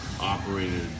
operated